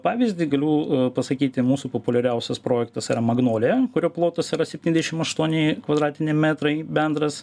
pavyzdį galiu pasakyti mūsų populiariausias projektas yra magnolija kurio plotas yra septyniasdešim aštuoni kvadratiniai metrai bendras